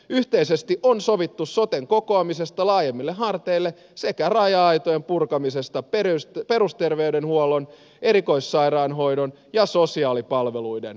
yhteisesti on sovittu soten kokoamisesta laajemmille harteille sekä raja aitojen purkamisesta perusterveydenhuollon erikoissairaanhoidon ja sosiaalipalveluiden väliltä